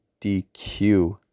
DQ